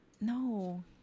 no